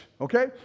Okay